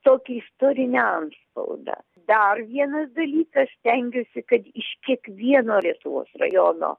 tokį istorinį antspaudą dar vienas dalykas stengiuosi kad iš kiekvieno lietuvos rajono